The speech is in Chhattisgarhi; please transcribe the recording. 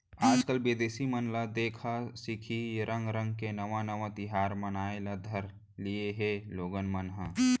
आजकाल बिदेसी मन के देखा सिखी रंग रंग के नावा नावा तिहार मनाए ल धर लिये हें लोगन मन ह